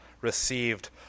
received